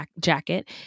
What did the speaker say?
jacket